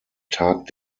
tag